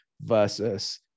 versus